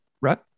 Right